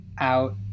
out